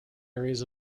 areas